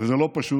וזה לא פשוט,